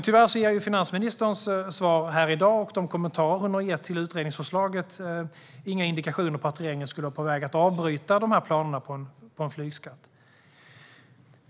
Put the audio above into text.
Tyvärr ger finansministerns svar här i dag och de kommentarer hon har gett till utredningsförslaget inga indikationer på att regeringen skulle vara på väg att avbryta planerna på en flygskatt.